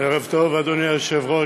ערב טוב, אדוני היושב-ראש,